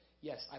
Yes